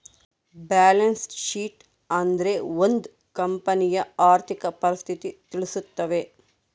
balance sheet ಅಂದ್ರೆ ಒಂದ್ ಕಂಪನಿಯ ಆರ್ಥಿಕ ಪರಿಸ್ಥಿತಿ ತಿಳಿಸ್ತವೆ